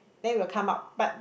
then it will come out but